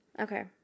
Okay